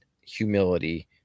humility